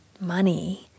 Money